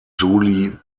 julie